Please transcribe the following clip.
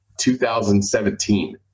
2017